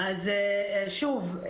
שוב,